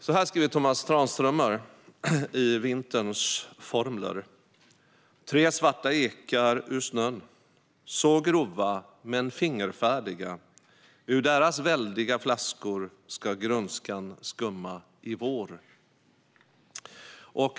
Så här skriver Tomas Tranströmer i dikten Vinterns formler : Tre svarta ekar ur snön. Så grova, men fingerfärdiga. Ur deras väldiga flaskorska grönskan skumma i vår.